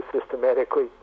systematically